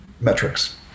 metrics